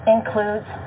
includes